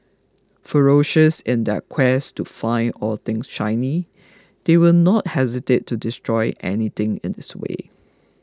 ferocious in their quest to find all things shiny they will not hesitate to destroy anything in its way